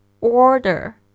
Order